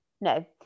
No